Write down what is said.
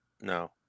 no